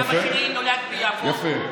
סבא שלי נולד ביפו,